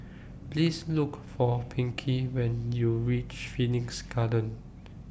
Please Look For Pinkie when YOU REACH Phoenix Garden